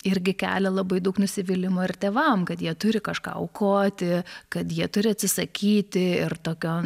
irgi kelia labai daug nusivylimo ir tėvam kad jie turi kažką aukoti kad jie turi atsisakyti ir tokio